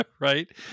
right